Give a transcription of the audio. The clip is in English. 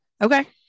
Okay